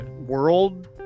world